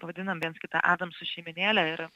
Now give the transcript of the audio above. vadinam viens kitą adamsų šeimynėle ir